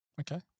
Okay